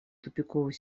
тупиковой